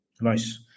nice